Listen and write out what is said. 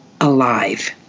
Alive